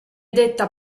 detta